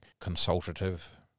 consultative